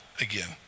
again